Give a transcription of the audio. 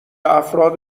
افراد